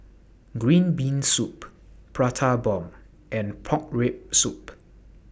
Green Bean Soup Prata Bomb and Pork Rib Soup